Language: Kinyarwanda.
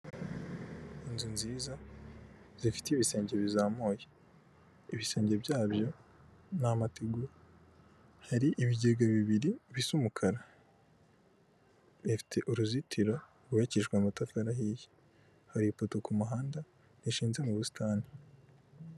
Inzu nziza zifite ibisenge bizamuye, ibisenge byabyo ni amategura, hari ibigega bibiri bisa umukara, ifite uruzitiro rwubakishijwe amatafari ahiye, hari ipoto ku muhanda rishinze mu busitani.